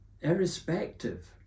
Irrespective